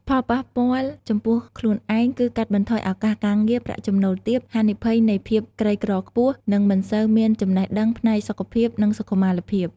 ផលប៉ះពាល់ចំពោះខ្លួនឯងគឺ កាត់បន្ថយឱកាសការងារ ប្រាក់ចំណូលទាប ហានិភ័យនៃភាពក្រីក្រខ្ពស់ និងមិនសូវមានចំណេះដឹងផ្នែកសុខភាព និងសុខុមាលភាព។